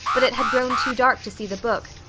but it had grown too dark to see the book,